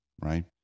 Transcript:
right